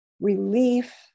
relief